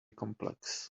complex